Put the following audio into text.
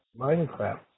Minecraft